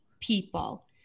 people